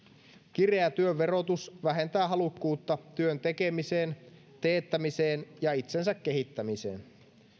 kireä työn verotus vähentää halukkuutta työn tekemiseen teettämiseen ja itsensä kehittämiseen